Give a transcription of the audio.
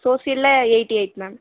சோசியலில் eighty eight ma'am